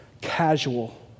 casual